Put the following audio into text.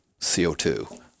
co2